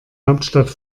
hauptstadt